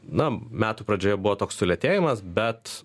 na metų pradžioje buvo toks sulėtėjimas bet